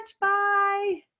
Bye